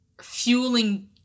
fueling